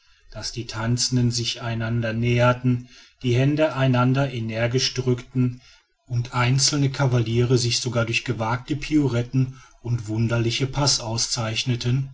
daß die tanzenden sich einander näherten die hände einander energischer drückten und einzelne cavaliere sich sogar durch gewagte pirouetten und wunderliche pas auszeichneten